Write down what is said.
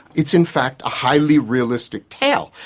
it's in fact a highly realistic tale.